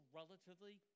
relatively